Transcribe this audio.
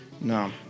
No